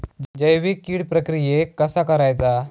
जैविक कीड प्रक्रियेक कसा करायचा?